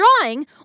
drawing